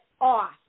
off